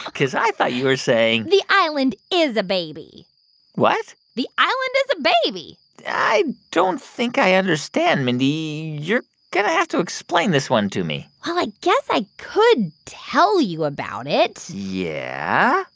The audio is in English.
because i thought you were saying. the island is a baby what? the island is a baby i don't think i understand, mindy. you're going to have to explain this one to me well, i guess i could tell you about it yeah?